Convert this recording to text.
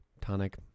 tonic